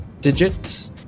digits